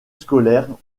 scolaire